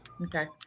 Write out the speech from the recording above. Okay